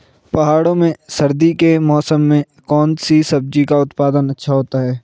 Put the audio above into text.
पहाड़ों में सर्दी के मौसम में कौन सी सब्जी का उत्पादन अच्छा होता है?